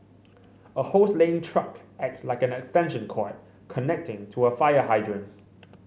a hose laying truck acts like an extension cord connecting to a fire hydrant